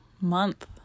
month